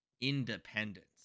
Independence